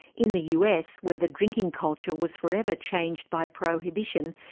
in the us, where the drinking culture was forever changed by prohibition,